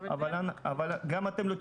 שני ממלאי